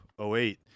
08